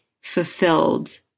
fulfilled